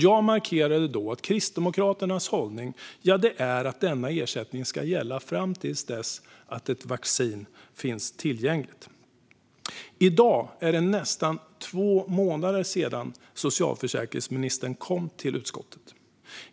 Jag markerade då att Kristdemokraternas hållning är att ersättningen ska gälla fram till dess att ett vaccin finns tillgängligt. Det är nu nästan två månader sedan socialförsäkringsministern kom till utskottet.